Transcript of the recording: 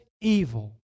evil